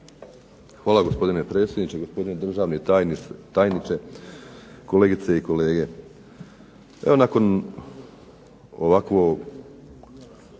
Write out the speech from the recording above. Hvala, gospodine predsjedniče. Gospodine državni tajniče, kolegice i kolege.